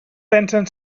pensen